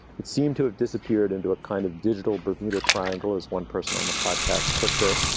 it seemed to have disappeared into a kind of digital bermuda triangle is one person on the podcast puts it.